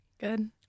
good